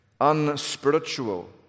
unspiritual